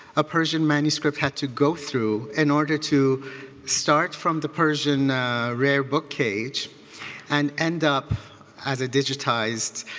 a persian manuscript had to go through in order to start from the persian rare book cage and end up as a digitized,